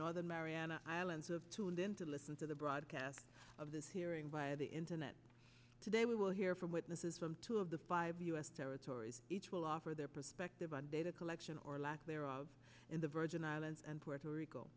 northern mariana islands of tuned in to listen to the broadcast of this hearing via the internet today we will hear from witnesses from two of the five u s territories each will offer their perspective on data collection or lack thereof in the virgin islands and puerto rico